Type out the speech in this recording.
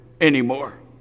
anymore